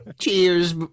Cheers